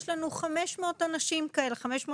יש לנו כ-596 אנשים כאלה,